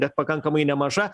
bet pakankamai nemaža